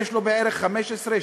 יש לו בערך 15,